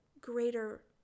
greater